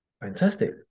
fantastic